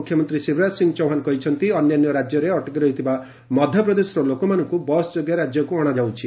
ମୁଖ୍ୟନ୍ତ୍ରୀ ଶିବରାଜ ସିଂହ ଚୌହାନ୍ କହିଛନ୍ତି ଅନ୍ୟାନ୍ୟ ରାଜ୍ୟରେ ଅଟକି ରହିଥିବା ମଧ୍ୟପ୍ରଦେଶର ଲୋକମାନଙ୍କ ବସ୍ ଯୋଗେ ରାଜ୍ୟକ୍ ଅଣାଯାଉଛି